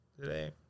today